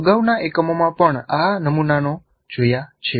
આપણે અગાઉના એકમોમાં પણ આ નમૂનાનો જોયા છે